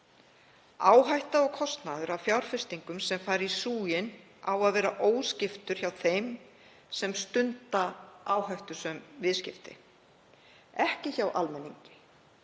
Áhætta og kostnaður af fjárfestingum sem fara í súginn á að vera óskiptur hjá þeim sem stunda áhættusöm viðskipti. Ekki hjá almenningi.